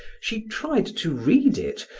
she tried to read it,